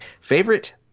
Favorite